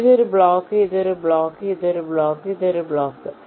ഇത് ഒരു ബ്ലോക്ക് ഇത് ഒരു ബ്ലോക്ക് ഇത് ഒരു ബ്ലോക്ക് ഇത് ഒരു ബ്ലോക്കാണ്